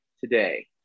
today